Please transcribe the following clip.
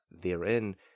therein